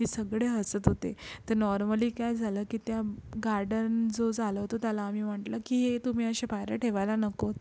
हे सगळे हसत होते तर नॉर्मली काय झालं की त्या गार्डन जो चालवतो त्याला आम्ही म्हटलं की हे तुम्ही अशा पायऱ्या ठेवायला नको